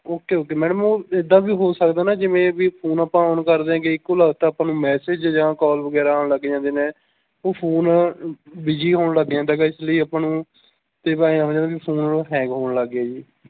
okay okay madam ਉਹ ਇੱਦਾਂ ਵੀ ਹੋ ਸਕਦਾ ਨਾ ਜਿਵੇਂ ਵੀ ਫੋਨ ਆਪਾਂ ਆਨ ਕਰਦੇ ਹਾਂ ਗੇ ਇੱਕੋ ਲਖਤ ਆਪਾਂ ਨੂੰ ਮੈਸੇਜ ਜਾਂ ਕਾਲ ਵਗੈਰਾ ਆਉਣ ਲੱਗ ਜਾਂਦੇ ਨੇ ਉਹ ਫੋਨ ਬਿਜ਼ੀ ਹੋਣ ਲੱਗ ਜਾਂਦਾ ਇਸ ਲਈ ਆਪਾਂ ਨੂੰ ਤਾਂ ਇਹ ਹੋ ਜਾਂਦਾ ਵੀ ਫੋਨ ਹੈਂਗ ਹੋਣ ਲੱਗ ਗਿਆ ਜੀ